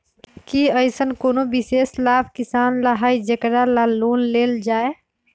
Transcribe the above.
कि अईसन कोनो विशेष लाभ किसान ला हई जेकरा ला लोन लेल जाए?